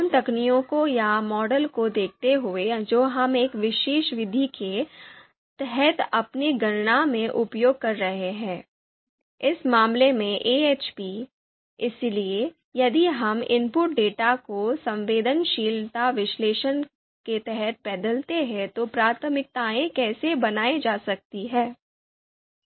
उन तकनीकों या मॉडल को देखते हुए जो हम एक विशेष विधि के तहत अपनी गणना में उपयोग कर रहे हैं इस मामले में एएचपी इसलिए यदि हम इनपुट डेटा को संवेदनशीलता विश्लेषण के तहत बदलते हैं तो प्राथमिकताएं कैसे बनाई जा सकती हैं